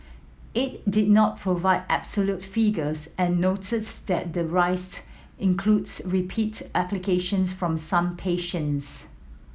it did not provide absolute figures and noted that the rise includes repeat applications from some patients